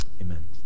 Amen